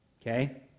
okay